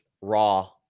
raw